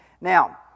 Now